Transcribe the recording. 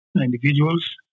individuals